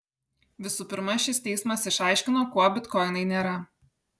visų pirma šis teismas išaiškino kuo bitkoinai nėra